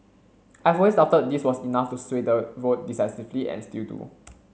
I always doubted this was enough to sway the vote decisively and still do